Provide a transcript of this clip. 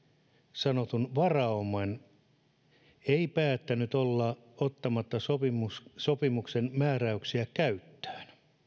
sanotun varauman eli päättänyt olla ottamatta sopimuksen määräyksiä käyttöön